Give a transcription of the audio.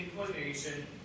inclination